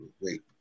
Wait